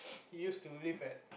he used to live at